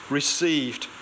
received